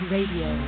Radio